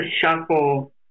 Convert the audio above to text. shuffle